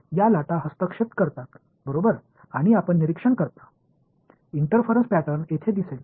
या लाटा हस्तक्षेप करतात बरोबर आणि आपण निरीक्षण करता इंटरफरन्स पॅटर्न येथे दिसेल